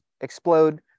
explode